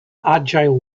agile